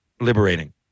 liberating